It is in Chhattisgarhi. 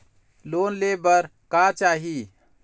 लोन ले बार का चाही?